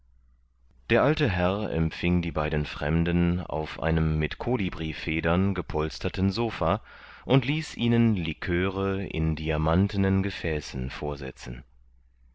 der alte herr empfing die beiden fremden auf einem mit kolibrifedern gepolsterten sopha und ließ ihnen liqueure in diamantnen gefäßen vorsetzen